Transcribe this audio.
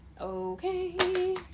Okay